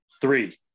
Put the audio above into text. Three